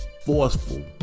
forceful